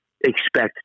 expect